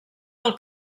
del